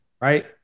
right